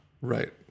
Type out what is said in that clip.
Right